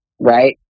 right